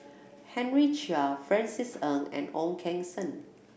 Henry Chia Francis Ng and Ong Keng Sen